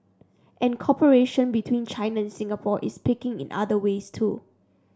and cooperation between China and Singapore is picking in other ways too